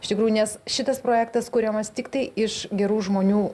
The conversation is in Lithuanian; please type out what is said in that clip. iš tikrųjų nes šitas projektas kuriamas tiktai iš gerų žmonių